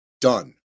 done